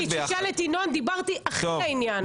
תשאל את ינון, דיברתי הכי לעניין.